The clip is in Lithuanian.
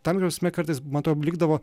ta prasme kartais man atrodo likdavo